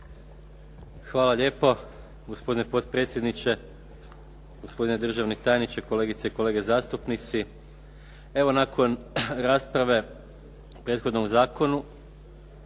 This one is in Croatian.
Hvala lijepo. Gospodine potpredsjedniče, gospodine državni tajniče, kolegice i kolege zastupnici. Evo nakon rasprave o prethodnom zakonu